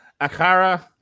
Akara